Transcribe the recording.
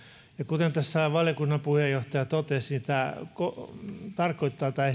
kuten tässä valiokunnan puheenjohtaja totesi tämä esitys tarkoittaa